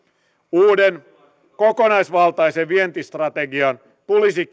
uuden kokonaisvaltaisen vientistrategian tulisi